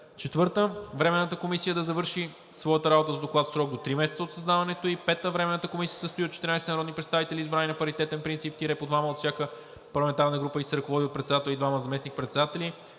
4. Временната комисия да завърши своята работа с доклад в срок до три месеца от създаването ѝ. 5. Временната комисия се състои от 14 народни представители, избрани на паритетен принцип – по двама от всяка парламентарна група, и се ръководи от председател и двама заместник-председатели.